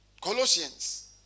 Colossians